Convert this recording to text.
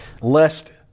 lest